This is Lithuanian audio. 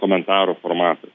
komentarų formatas